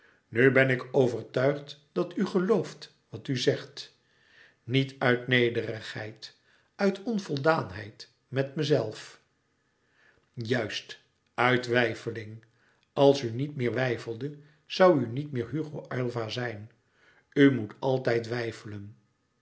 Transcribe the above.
nu ben ik overtuigd dat u gelooft wat u zegt niet uit nederigheid uit onvoldaanheid met mezelf juist uit weifeling als u niet meer weifelde zoû u niet meer hugo aylva zijn u moet altijd weifelen